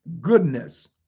goodness